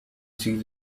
sees